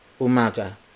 umaga